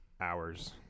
hours